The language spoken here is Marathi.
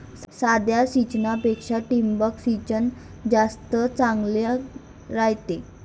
साध्या सिंचनापेक्षा ठिबक सिंचन जास्त चांगले रायते